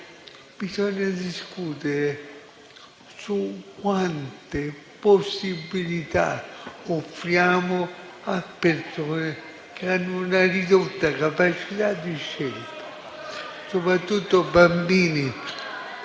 bisogna discutere su quante possibilità offriamo a persone che hanno una ridotta capacità di scelta, soprattutto bambini,